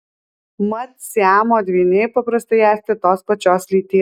mat siamo dvyniai paprastai esti tos pačios lyties